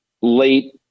late